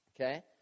Okay